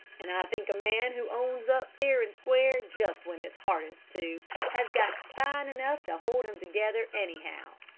and i think a man who owns up fair and square just when it's hardest to has got spine enough to hold him together, anyhow.